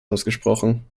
ausgesprochen